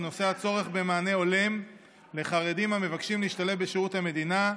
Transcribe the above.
בנושא: הצורך במענה הולם לחרדים המבקשים להשתלב בשירות המדינה.